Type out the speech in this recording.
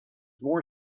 more